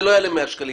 זה לא יעלה 100 שקלים,